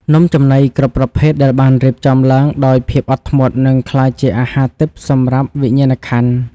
នំចំណីគ្រប់ប្រភេទដែលបានរៀបចំឡើងដោយភាពអត់ធ្មត់នឹងក្លាយជាអាហារទិព្វសម្រាប់វិញ្ញាណក្ខន្ធ។